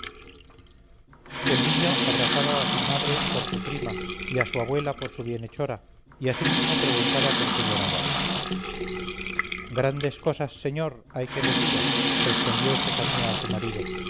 el niño abrazaba a su madre por su prima y a su abuela por su bienhechora y asimismo preguntaba por qué lloraban grandes cosas señor hay que deciros respondió estefanía a su marido